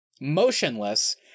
motionless